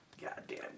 Goddamn